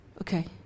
Okay